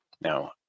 Now